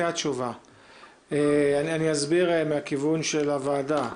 אני אסביר מהכיוון של הוועדה: